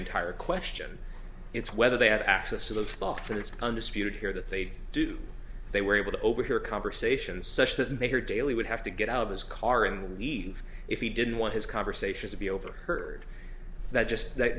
entire question it's whether they have access to those thoughts and it's undisputed here that they do they were able to overhear conversations such that mayor daley would have to get out of his car and leave if he didn't want his conversation to be overheard that just that